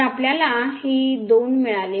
तर आपल्याला ही दोन मिळाली